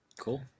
Cool